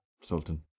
Sultan